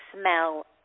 smell